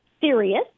serious